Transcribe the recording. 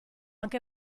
anche